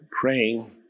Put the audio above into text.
praying